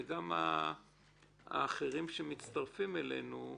וגם האחרים שמצטרפים אלינו,